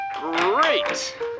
Great